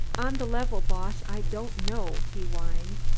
on the level, boss, i don't know, he whined.